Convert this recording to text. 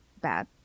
bad